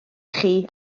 chi